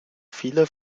viele